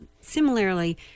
similarly